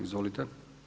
Izvolite.